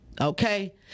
Okay